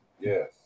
Yes